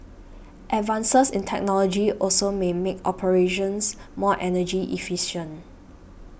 advances in technology also may make operations more energy efficient